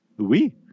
Oui